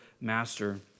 master